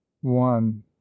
One